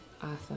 Awesome